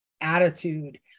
attitude